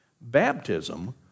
Baptism